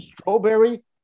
strawberry